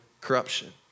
corruption